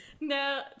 no